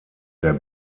der